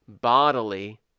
bodily